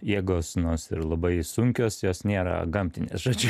jėgos nors ir labai sunkios jos nėra gamtinės žodžiu